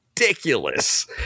ridiculous